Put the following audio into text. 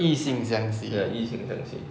异性相似